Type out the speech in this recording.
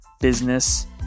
business